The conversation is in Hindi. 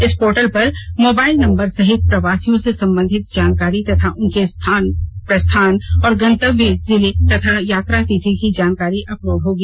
इस पोर्टल पर मोबाइल नंबर सहित प्रवासियों से संबंधित जानकारी तथा उनके प्रस्थान और गंतव्य जिले तथा यात्रा तिथि की जानकारी अपलोड रहेगी